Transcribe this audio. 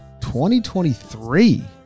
2023